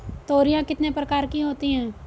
तोरियां कितने प्रकार की होती हैं?